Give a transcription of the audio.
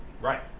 Right